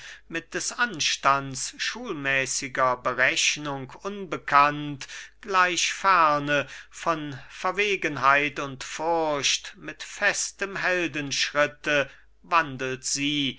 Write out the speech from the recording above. mit des anstands schulmäßiger berechnung unbekannt gleich ferne von verwegenheit und furcht mit festem heldenschritte wandelt sie